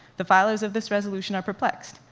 the filers of this resolution are perplexed.